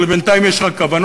אבל בינתיים יש רק כוונות,